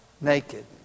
naked